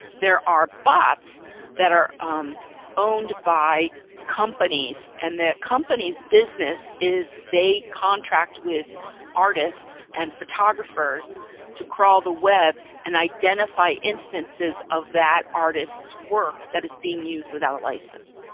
there are bots that are um owned by companies and the company's business is they contract with artists and photographers to crawl the web and identify instances of that artist's work that is being used without a license.